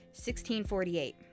1648